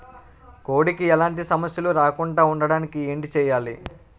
కోడి కి ఎలాంటి సమస్యలు రాకుండ ఉండడానికి ఏంటి చెయాలి?